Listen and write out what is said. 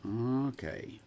Okay